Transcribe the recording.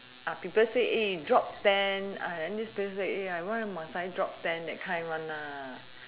uh people say eh drop ten uh then this people say eh why must I drop ten that kind one lah